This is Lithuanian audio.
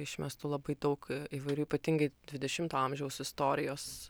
išmestų labai daug įvairių ypatingai dvidešimto amžiaus istorijos